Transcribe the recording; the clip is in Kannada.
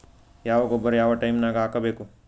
ಯಾವ ಗೊಬ್ಬರ ಯಾವ ಟೈಮ್ ನಾಗ ಹಾಕಬೇಕು?